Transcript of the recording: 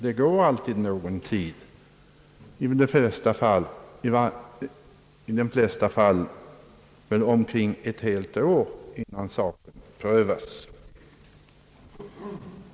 Det går alltid någon tid — i de flesta fall väl omkring ett helt år — innan frågan prövas.